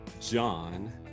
John